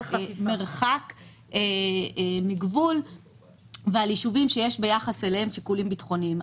מרחק מגבול ועל ישובים שיש ביחס אליהם שיקולים ביטחוניים.